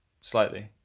slightly